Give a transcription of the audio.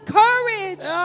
courage